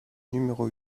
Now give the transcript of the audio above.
numéro